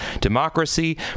democracy